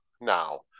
Now